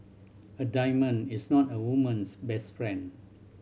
a diamond is not a woman's best friend